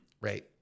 right